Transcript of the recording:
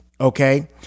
okay